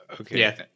okay